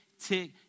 tick